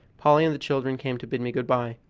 polly and the children came to bid me good-by.